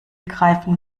greifen